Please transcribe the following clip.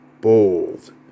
bold